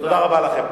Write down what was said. תודה רבה לכם.